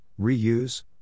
reuse